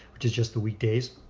which is just the weekdays.